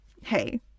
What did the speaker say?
hey